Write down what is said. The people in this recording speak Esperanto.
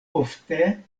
ofte